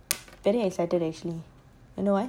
very excited actually I know why